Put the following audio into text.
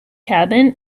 cabin